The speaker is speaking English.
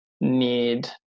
need